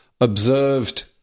observed